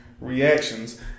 reactions